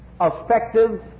effective